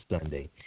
Sunday